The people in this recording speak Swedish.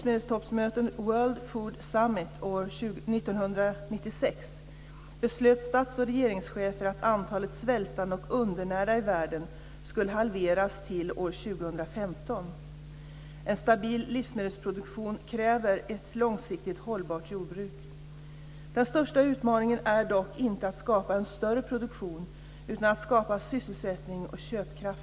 1996 beslutade stats och regeringschefer att antalet svältande och undernärda i världen skulle halveras till år 2015. En stabil livsmedelsproduktion kräver ett långsiktigt hållbart jordbruk. Den största utmaningen är dock inte att skapa en större produktion, utan att skapa sysselsättning och köpkraft.